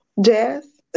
Jazz